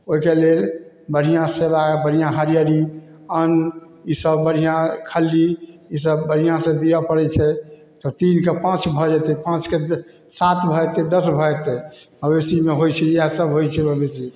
ओहिके लेल बढ़िआँ सेवा बढ़िआँ हरिअरी अन्न ईसब बढ़िआँ खल्ली ईसब बढ़िआँसँ दिअऽ पड़ै छै तऽ तीनके पॉँच भऽ जेतै पाँचके द सात भऽ जेतै दसभऽ जेतै मवेशीमे होइ छै इएहसब होइ छै मवेशी